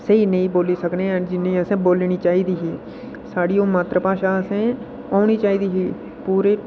स्हेई नेईं बोल्ली सकने आं जिन्नी असें बोलनी चाहिदी ही साढ़ी मात्तर भाशा असें ई औनी चाहिदी ही पूरे